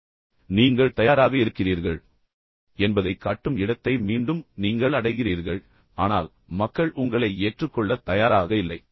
எனவே நீங்கள் தயாராக இருக்கிறீர்கள் என்பதைக் காட்டும் இடத்தை மீண்டும் நீங்கள் அடைகிறீர்கள் ஆனால் மக்கள் உங்களை ஏற்றுக்கொள்ள தயாராக இல்லை